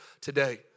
today